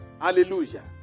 Hallelujah